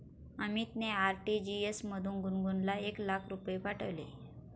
अमितने आर.टी.जी.एस मधून गुणगुनला एक लाख रुपये पाठविले